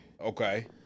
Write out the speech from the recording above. Okay